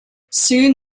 soon